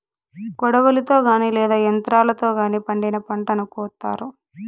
కొడవలితో గానీ లేదా యంత్రాలతో గానీ పండిన పంటను కోత్తారు